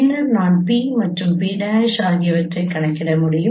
பின்னர் நான் P மற்றும் P' ஆகியவற்றைக் கண்டுபிடிக்க வேண்டும்